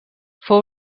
fou